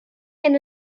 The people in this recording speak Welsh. hyn